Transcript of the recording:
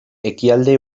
ekialde